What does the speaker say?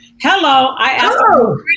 Hello